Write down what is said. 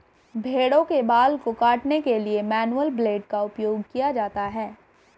भेड़ों के बाल को काटने के लिए मैनुअल ब्लेड का उपयोग किया जाता है